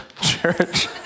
church